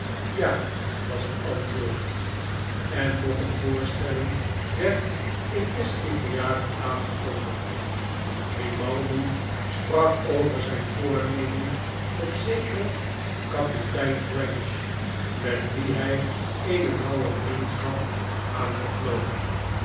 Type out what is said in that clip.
ja was het antwoord en nog eene voorstellling werd in astley theater aangekondigd grimaldi sprak over zijn voornemen met zekeren kapitein trench met wien hij eene nauwe vriendschap had aangeknoopt